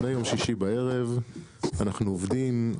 מיום שישי בערב אנחנו עובדים,